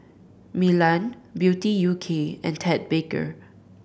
Milan Beauty U K and Ted Baker